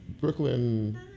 brooklyn